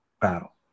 battle